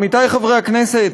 עמיתי חברי הכנסת,